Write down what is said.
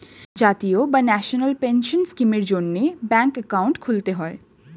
জাতীয় বা national pension স্কিমের জন্যে ব্যাঙ্কে অ্যাকাউন্ট খুলতে হয়